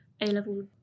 A-level